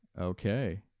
Okay